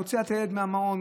מוציאה את הילד מהמעון,